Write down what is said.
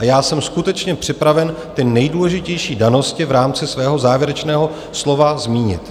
A jsem skutečně připraven ty nejdůležitější danosti v rámci svého závěrečného slova zmínit.